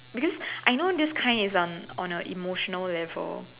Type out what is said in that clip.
because I know this kind is on a on a emotional level